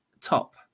top